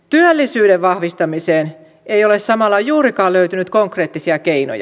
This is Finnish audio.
työllisyyden vahvistamiseen ei ole samalla juurikaan löytynyt konkreettisia keinoja